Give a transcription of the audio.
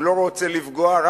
והוא לא רוצה לפגוע.